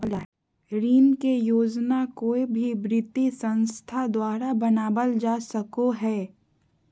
ऋण के योजना कोय भी वित्तीय संस्था द्वारा बनावल जा सको हय